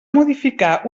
modificar